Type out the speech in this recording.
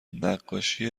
نقاشی